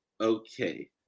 Okay